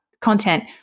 content